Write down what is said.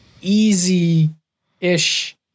easy-ish